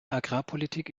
agrarpolitik